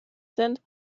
sind